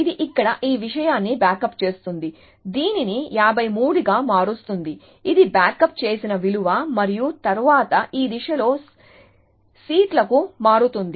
ఇది ఇక్కడ ఈ విషయాన్ని బ్యాకప్ చేస్తుంది దీనిని 53 గా మారుస్తుంది ఇది బ్యాకప్ చేసిన విలువ మరియు తరువాత ఈ దిశలో సీట్లకు మారుతుంది